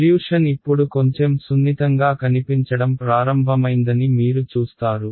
solution ఇప్పుడు కొంచెం సున్నితంగా కనిపించడం ప్రారంభమైందని మీరు చూస్తారు